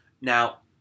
Now